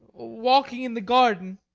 walking in the garden.